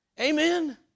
Amen